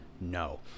No